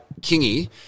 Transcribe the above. Kingy